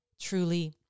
truly